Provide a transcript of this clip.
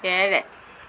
ഏഴ്